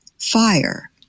fire